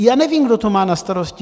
Já nevím, kdo to má na starosti.